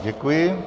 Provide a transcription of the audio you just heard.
Děkuji.